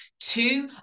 two